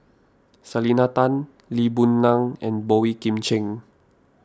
Selena Tan Lee Boon Ngan and Boey Kim Cheng